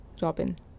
Robin